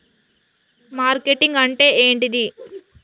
Marketing అంటే ఏంటిది?